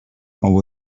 over